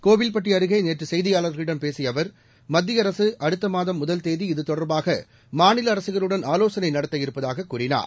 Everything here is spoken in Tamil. கோவில்பட்டி அருகே நேற்று செய்தியாளர்களிடம் பேசிய அவர் மத்திய அரசு அடுத்த மாதம் முதல் தேதி இதுதொடர்பாக மாநில அரசுகளுடன் ஆலோசனை நடத்தவிருப்பதாக கூறினார்